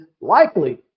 likely